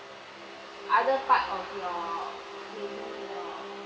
other part of your maybe your